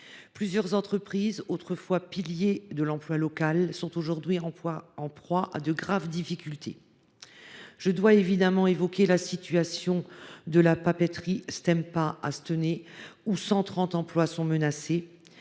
Plusieurs entreprises, autrefois piliers de l’emploi local, sont aujourd’hui en proie à de graves difficultés financières. Je dois évidemment évoquer la situation de la papeterie Stenpa, à Stenay, où 130 emplois sont menacés.